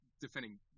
defending